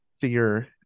figure